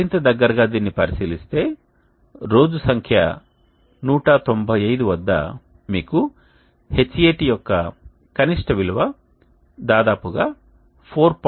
మరింత దగ్గరగా దీనిని పరిశీలిస్తే రోజు సంఖ్య 195 వద్ద మీకు Hat యొక్క కనిష్ట విలువ దాదాపుగా 4